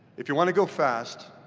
if you wanna go fast,